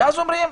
ואז אומרים: